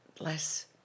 less